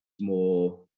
more